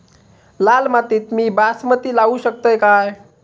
लाल मातीत मी बासमती लावू शकतय काय?